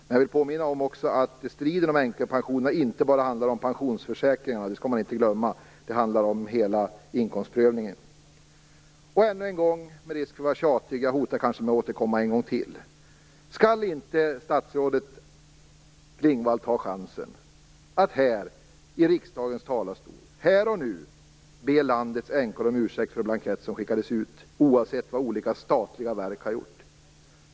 Jag vill påminna om att striden om änkepensionerna inte bara handlar om pensionsförsäkringar. Det skall man inte glömma. Det handlar om hela inkomstprövningen. Ännu en gång, med risk för att vara tjatig - och jag hotar med att kanske återkomma en gång till: Skall inte statsrådet Klingvall ta chansen att här och nu i riksdagens talarstol, oavsett vad olika statliga verk har gjort, be landets änkor om ursäkt för den blankett som skickades ut?